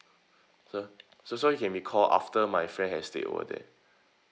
sir so so it can be call after my friend had stayed over there